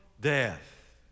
Death